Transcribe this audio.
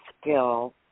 skill